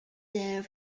there